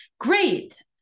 Great